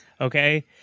Okay